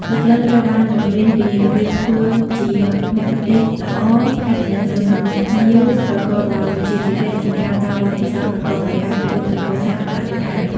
បុគ្គលិកត្រូវបានបង្រៀនពីរបៀបធ្វើជាមគ្គុទ្ទេសក៍ល្អ ការទំនាក់ទំនងជាមួយភ្ញៀវប្រកបដោយវិជ្ជាជីវៈ និងការផ្តល់បទពិសោធន៍ប្រកបដោយការគោរពចំពោះសត្វ និងបរិស្ថាន។